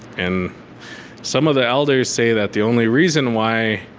and some of the elders say that the only reason why